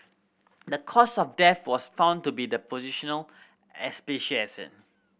the cause of death was found to be the positional